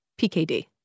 PKD